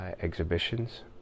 exhibitions